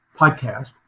podcast